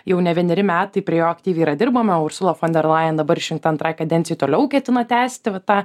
jau ne vieneri metai prie jo aktyviai yra dirbama ursula fon der lain dabar išrinkta antrai kadencijai toliau ketina tęsti va tą